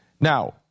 Now